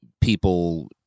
people